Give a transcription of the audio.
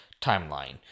timeline